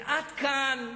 ועד כאן,